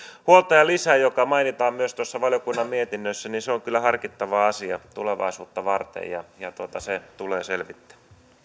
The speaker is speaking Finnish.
huoltajalisä joka mainitaan myös tuossa valiokunnan mietinnössä on kyllä harkittava asia tulevaisuutta varten ja ja se tulee selvittää